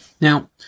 Now